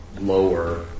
lower